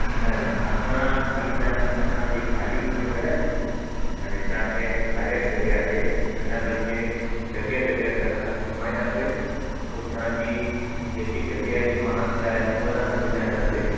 न न असां खाली तव्हांखे असांजी गाॾी खणी करे अने तव्हांखे हरहिक जॻहिया ते जूनागढ़ जे जॻहिया जॻहिया ते असां तव्हांखे घुमाईंदासीं हुतां जी जेकी जॻहिया जी महानता आहे उहे तव्हांखे ॿुधाईंदासीं